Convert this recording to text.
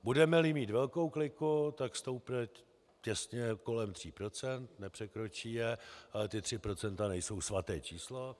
Budemeli mít velkou kliku, tak stoupne těsně kolem 3 %, nepřekročí je, ale ta 3 % nejsou svaté číslo.